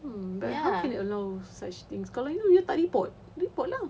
mm but play along with such things kalau you you tak report report lah